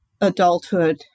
adulthood